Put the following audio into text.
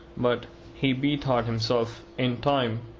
but he bethought himself in time.